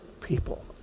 people